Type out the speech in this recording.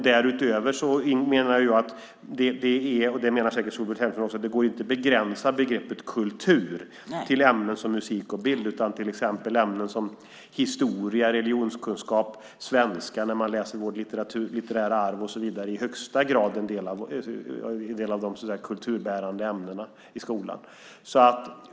Därutöver menar jag - det menar säkert Solveig Ternström också - att det inte går att begränsa begreppet kultur till ämnen som musik och bild. Till exempel är ämnen som historia, religionskunskap och svenska, när man läser vårt litterära arv och så vidare, i högsta grad en del av de så att säga kulturbärande ämnena i skolan.